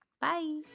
bye